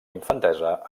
infantesa